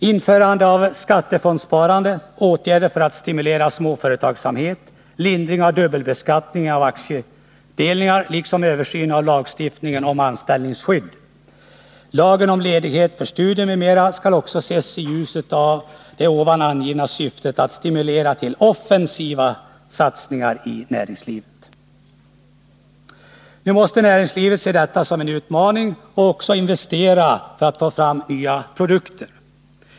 Införandet av skattefondssparandet, åtgärder för att stimulera småföretagsamheten, lindring av dubbelbeskattningen av aktieutdelningar liksom översyn av lagstiftningen om anställningsskydd och lagen om ledighet för studier m.m. skall också ses i ljuset av det ovan angivna syftet att stimulera till offensiva satsningar i näringslivet. Nu måste näringslivet se detta som en utmaning och även investera för att få fram nya produkter.